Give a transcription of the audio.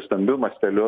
stambiu masteliu